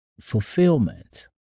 fulfillment